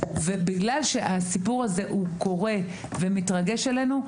בגלל שהסיפור הזה מתרגש עלינו,